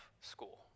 school